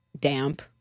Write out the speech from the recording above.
damp